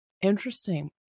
interesting